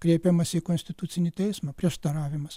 kreipiamasi į konstitucinį teismą prieštaravimas